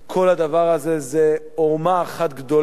כל הדבר הזה זו עורמה אחת גדולה